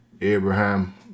Abraham